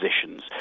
positions